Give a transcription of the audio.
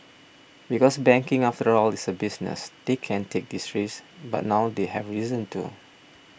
because banking after all is a business they can't take these risks but now they have reason to